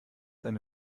eine